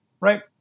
right